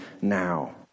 now